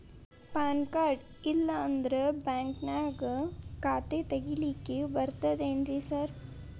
PAN card ಇಲ್ಲಂದ್ರ ಬ್ಯಾಂಕಿನ್ಯಾಗ ಖಾತೆ ತೆಗೆಲಿಕ್ಕಿ ಬರ್ತಾದೇನ್ರಿ ಸಾರ್?